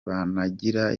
banagira